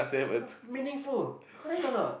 meaningful correct or not